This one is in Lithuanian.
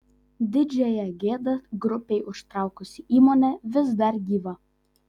didžiąją gėdą grupei užtraukusi įmonė vis dar gyva